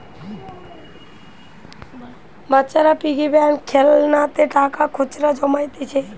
বাচ্চারা piggy bank খেলনাতে টাকা খুচরা জমাইতিছে